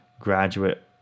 graduate